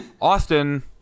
austin